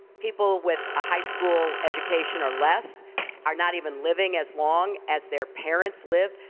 people with a high school education or less are not even living as long as their parents lived.